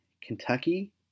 Kentucky